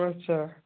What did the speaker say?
আচ্ছা